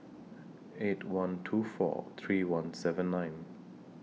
eight one two four three one seven nine